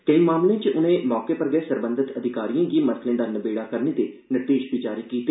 कैई मामले च उनें मौके पर गै सरबंधित अधिकारियें गी मसले दा नबेड़ा करने दे निर्देश जारी कीते